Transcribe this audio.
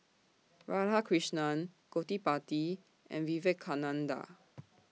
Radhakrishnan Gottipati and Vivekananda